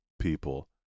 people